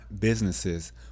businesses